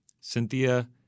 Cynthia